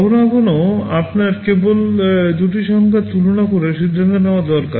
কখনও কখনও আপনার কেবল দুটি সংখ্যার তুলনা করে সিদ্ধান্ত নেওয়া দরকার